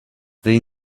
they